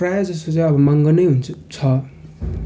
प्रायःजसो चाहिँ अब महँगो नै हुन्छ छ